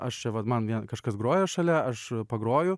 aš čia vat man vie kažkas groja šalia aš pagroju